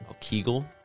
Kegel